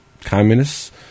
communists